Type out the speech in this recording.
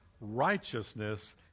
righteousness